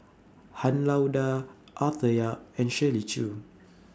Han Lao DA Arthur Yap and Shirley Chew